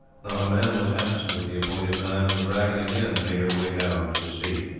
not a man was absent at the appointed time, and the dragon again made her way down to the sea.